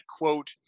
quote